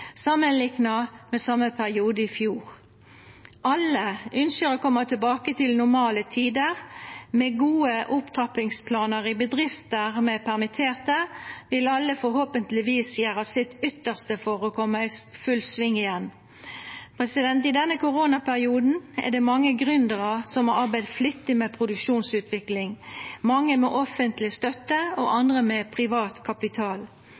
samanlikna med same periode i fjor. Alle ynskjer å koma tilbake til «normale» tider. Med gode opptrappingsplanar i bedrifter med permitterte, vil alle forhåpentlegvis gjera sitt beste for å koma i full sving igjen. I denne koronaperioden er det mange gründerar som har arbeidd flittig med produktutvikling – mange med offentleg støtte, og andre med privat kapital.